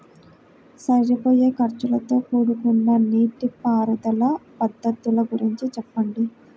సరిపోయే ఖర్చుతో కూడుకున్న నీటిపారుదల పద్ధతుల గురించి చెప్పండి?